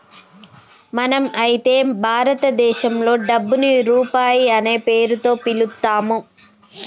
మనం అయితే భారతదేశంలో డబ్బుని రూపాయి అనే పేరుతో పిలుత్తాము